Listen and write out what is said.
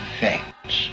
facts